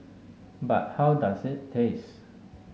but how does it taste